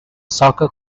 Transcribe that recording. soccer